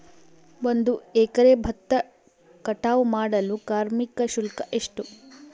ಒಂದು ಎಕರೆ ಭತ್ತ ಕಟಾವ್ ಮಾಡಲು ಕಾರ್ಮಿಕ ಶುಲ್ಕ ಎಷ್ಟು?